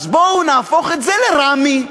אז בואו נהפוך את זה לרמ"י.